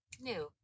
New